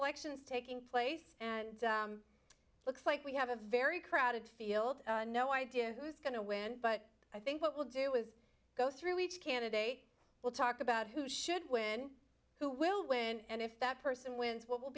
elections taking place and it looks like we have a very crowded field no idea who is going to win but i think what we'll do is go through each candidate will talk about who should win who will win and if that person wins what will